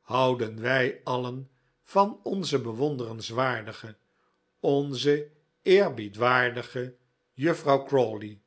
houden wij alien van onze bewonderenswaardige onze eerbiedwaardige juffrouw crawley